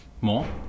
more